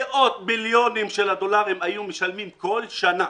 מאות מיליוני דולרים היו משלמים בכל שנה.